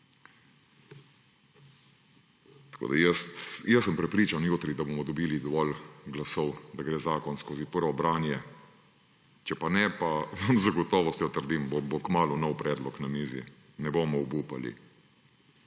Tako sem prepričan, da jutri bomo dobili dovolj glasov, da gre zakon skozi prvo branje. Če pa ne, pa vam z gotovostjo trdim, bo kmalu nov predlog na mizi. Ne bomo obupali.